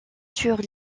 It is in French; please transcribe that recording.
sur